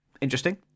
Interesting